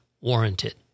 warranted